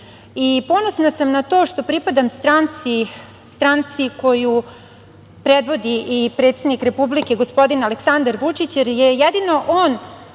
unazad. Ponosna sam na to što pripadam stranci koju predvodi i predsednik Republike gospodin Aleksandar Vučić, jer je jedino on